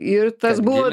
ir tas buvo